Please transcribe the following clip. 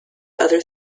other